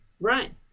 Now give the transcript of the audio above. Right